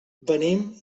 venim